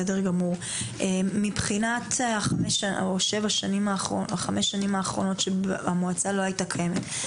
מבחינת החמש שנים האחרונות שהמועצה לא היתה קיימת,